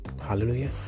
Hallelujah